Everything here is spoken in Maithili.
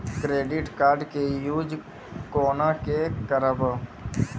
क्रेडिट कार्ड के यूज कोना के करबऽ?